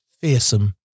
fearsome